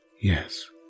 Yes